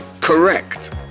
Correct